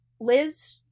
Liz